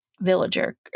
villager